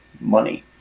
money